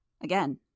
Again